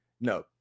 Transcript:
No